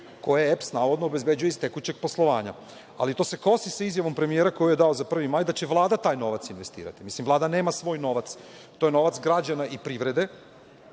koju EPS navodno obezbeđuje iz tekućeg poslovanja, ali to se kosi sa izjavom premijera koju je dao za 1. maj da će Vlada taj novac investirati. Mislim, Vlada nema taj novac, to je novac građana i privrede